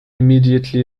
immediately